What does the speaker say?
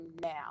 now